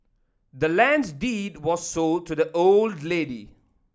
the land's deed was sold to the old lady